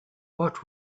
what